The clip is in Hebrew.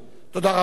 תודה רבה.